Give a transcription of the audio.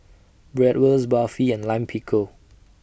Bratwurst Barfi and Lime Pickle